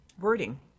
wording